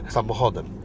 samochodem